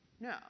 No